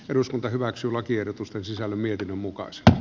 eduskunta hyväksyy lakiehdotusten sisällön mietinnön mukaisesti